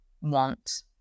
want